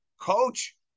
coach